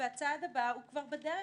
והצעד הבא כבר בדרך.